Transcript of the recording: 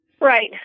Right